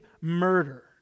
murder